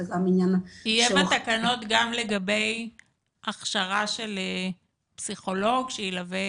יהיה בתקנות גם לגבי הכשרה של פסיכולוג שילווה